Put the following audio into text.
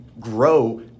grow